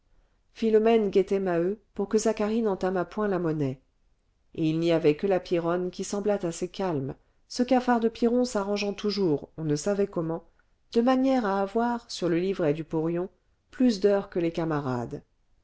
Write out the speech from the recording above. philomène guettait maheu pour que zacharie n'entamât point la monnaie et il n'y avait que la pierronne qui semblât assez calme ce cafard de pierron s'arrangeant toujours on ne savait comment de manière à avoir sur le livret du porion plus d'heures que les camarades